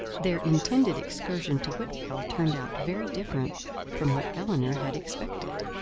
their intended excursion to whitwell turned out very different from what elinor had expected.